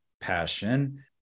Passion